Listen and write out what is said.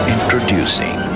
Introducing